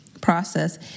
process